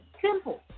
Simple